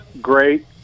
great